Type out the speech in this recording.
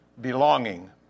belonging